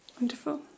Wonderful